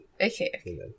Okay